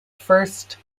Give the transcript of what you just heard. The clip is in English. first